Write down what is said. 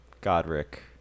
Godric